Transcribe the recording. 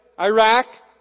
Iraq